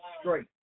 straight